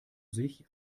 sich